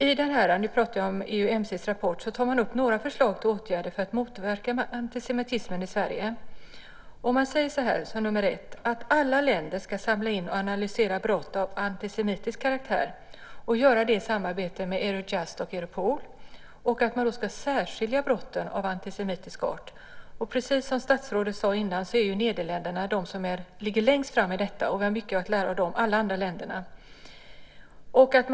I EUMC:s rapport tar man upp några förslag till åtgärder för att motverka antisemitismen i Sverige. Man säger som första punkt att alla länder ska samla in och analysera brott av antisemitisk karaktär och göra det i samarbete med Eurojust och Europol. Man ska då särskilja brott av antisemitisk art. Precis som statsrådet sade tidigare är ju Nederländerna det land som ligger längst fram med detta, och alla andra länder har mycket att lära av det.